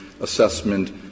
assessment